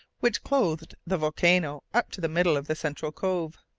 which clothed the volcano up to the middle of the central cove.